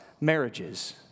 marriages